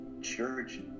church